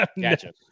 Gotcha